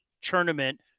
tournament